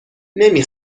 نمی